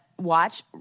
Watch